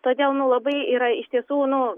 todėl nu labai yra iš tiesų nu